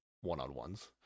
one-on-ones